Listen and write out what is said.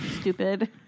Stupid